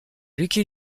lucky